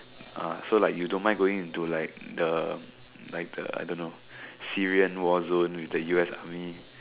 uh so like you don't mind going to like the like the I don't know Syrian warzone with the U_S army